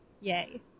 Yay